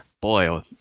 Boy